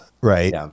right